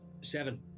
Seven